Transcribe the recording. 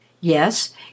yes